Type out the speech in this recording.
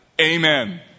Amen